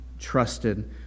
trusted